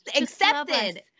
accepted